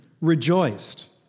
rejoiced